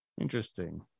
Interesting